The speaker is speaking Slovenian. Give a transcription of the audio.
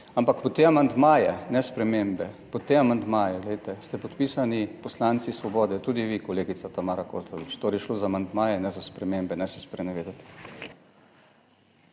Ampak pod te amandmaje, ne spremembe, pod te amandmaje, glejte, ste podpisani poslanci Svobode, tudi vi, kolegica Tamara Kozlovič. Torej je šlo za amandmaje, ne za spremembe. Ne se sprenevedati.